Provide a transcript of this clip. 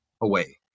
away